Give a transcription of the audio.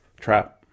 trap